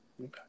okay